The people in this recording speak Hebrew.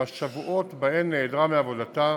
בשבועות שבהן נעדרה מעבודתה